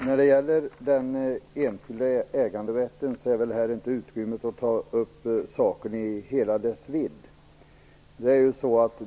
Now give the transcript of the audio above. Herr talman! Det finns här inte utrymme för att ta upp den enskilda äganderätten i hela dess vidd.